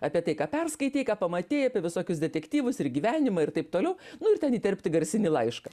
apie tai ką perskaitei ką pamatei apie visokius detektyvus ir gyvenimą ir taip toliau nu ir ten įterpti garsinį laišką